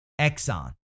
Exxon